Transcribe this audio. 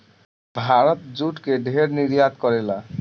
Bharat jute के ढेर निर्यात करेला